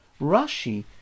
Rashi